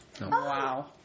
Wow